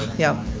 yeah.